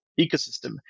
ecosystem